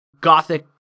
gothic